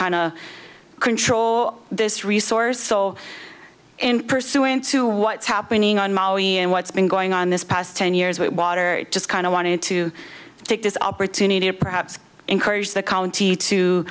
of control this resource so in pursuant to what's happening on maui and what's been going on this past ten years with water it just kind of wanted to take this opportunity or perhaps encourage the county to